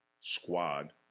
squad